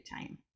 time